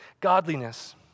Godliness